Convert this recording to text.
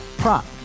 Prop